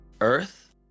earth